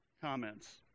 comments